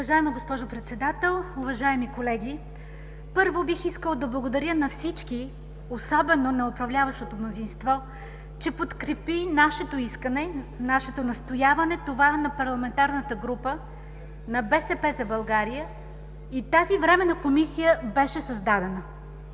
Уважаема госпожо председател, уважаеми колеги! Първо, бих искала да благодаря на всички, особено на управляващото мнозинство, че подкрепи нашето искане, нашето настояване – това на парламентарната група на „БСП за България“, и тази Временна комисия беше създадена.